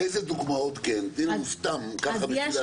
איזה דוגמאות כן, תני לנו סתם כך בשביל הטעימה?